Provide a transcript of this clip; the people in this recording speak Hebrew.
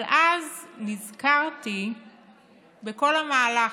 אבל אז נזכרתי בכל המהלך,